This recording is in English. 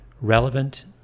relevant